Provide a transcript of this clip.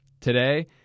Today